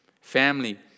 Family